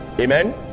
Amen